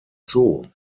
zoo